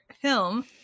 film